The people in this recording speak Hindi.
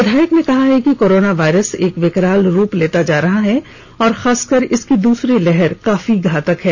विधायक ने कहा है कि कोरोना वायरस एक विकराल रूप लेता जा रहा है और खासकर इसकी दूसरी लहर काफी घातक है